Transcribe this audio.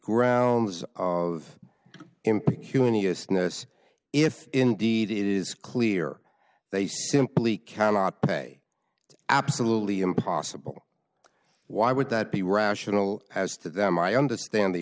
snus if indeed it is clear they simply cannot pay absolutely impossible why would that be rational as to them i understand the